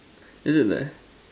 is it there